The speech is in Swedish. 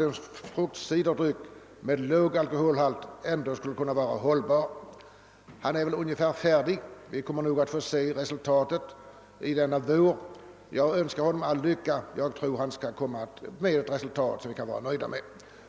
en fruktciderdryck med låg alkoholhalt som ändå skulle vara hållbar. Han är nästan färdig, och vi kommer nog att få se resultatet denna vår. Jag önskar honom all lycka. Jag tror han kommer att lägga fram en dryck som vi kan vara nöjda med.